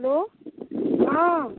hello हॅं